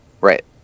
Right